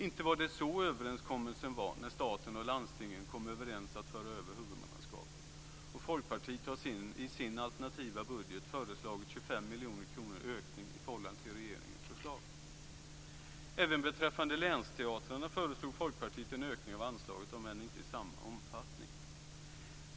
Inte var det så överenskommelsen var när staten och landstingen kom överens om att föra över huvudmannaskapet. Även beträffande länsteatrarna föreslog Folkpartiet en ökning av anslagen, om än inte i samma omfattning.